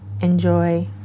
Enjoy